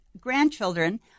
grandchildren